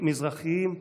מזרחים,